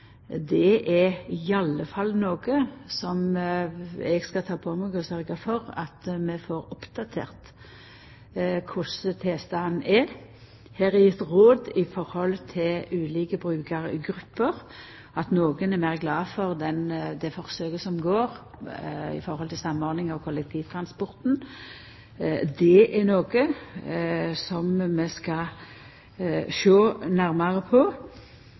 det gjeld dette. Det er i alle fall noko som eg skal ta på meg, sørgja for at vi får oppdatert korleis tilstanden er. Det er gitt råd til ulike brukargrupper – somme er glade for forsøket som er i gang når det gjeld samordning og kollektivtransport. Det er noko vi skal sjå nærmare på,